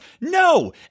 No